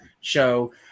show